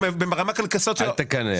אל תקנא...